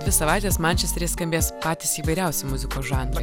dvi savaites mančestery skambės patys įvairiausi muzikos žanrai